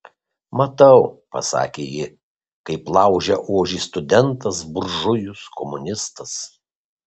matau pasakė ji kaip laužia ožį studentas buržujus komunistas